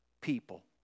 people